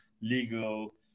legal